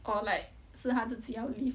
or like 是她自己要 leave